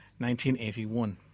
1981